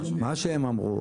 מה שהם אמרו,